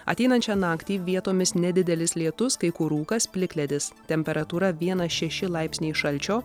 ateinančią naktį vietomis nedidelis lietus kai kur rūkas plikledis temperatūra vienas šeši laipsniai šalčio